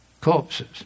corpses